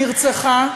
נרצחה.